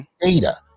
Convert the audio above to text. data